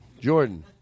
Jordan